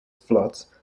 floods